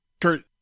Kurt